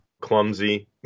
clumsy